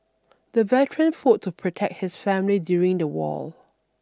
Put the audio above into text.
the veteran fought to protect his family during the war